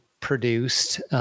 produced